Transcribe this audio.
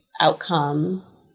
Outcome